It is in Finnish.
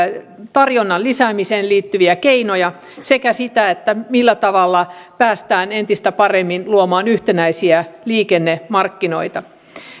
tarjonnan lisäämiseen liittyviä keinoja sekä sitä millä tavalla päästään entistä paremmin luomaan yhtenäisiä liikennemarkkinoita